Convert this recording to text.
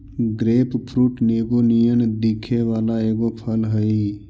grapefruit नींबू नियन दिखे वला एगो फल हई